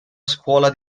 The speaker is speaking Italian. scuola